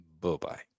Bye-bye